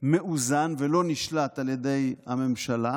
מאוזן ולא נשלט על ידי הממשלה,